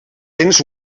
cents